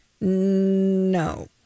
No